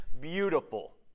beautiful